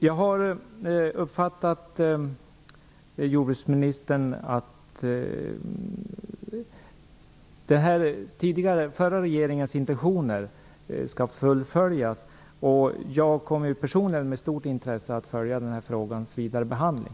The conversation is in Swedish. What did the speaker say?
Jag har uppfattat jordbruksministern så, att den förra regeringens intentioner skall fullföljas. Jag kommer personligen med stort intresse att följa den här frågans vidare behandling.